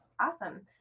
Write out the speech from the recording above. Awesome